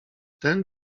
ten